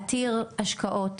עתיר השקעות